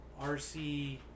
RC